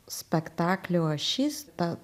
spektaklio ašis ta